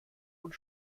und